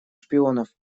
шпионов